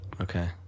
Okay